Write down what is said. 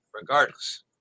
regardless